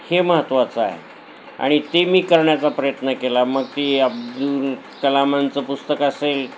हे महत्त्वाचं आहे आणि ते मी करण्याचा प्रयत्न केला मग ती अब्दुल कलामांचं पुस्तक असेल